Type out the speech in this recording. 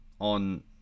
on